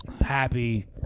happy